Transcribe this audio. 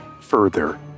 further